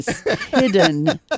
hidden